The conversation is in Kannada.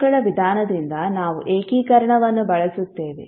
ಭಾಗಗಳ ವಿಧಾನದಿಂದ ನಾವು ಏಕೀಕರಣವನ್ನು ಬಳಸುತ್ತೇವೆ